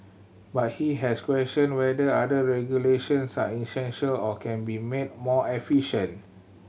but he has questioned whether other regulations are essential or can be made more efficient